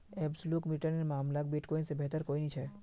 absolute return नेर मामला क बिटकॉइन से बेहतर कोई नी छे